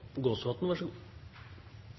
– vær så god,